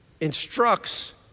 instructs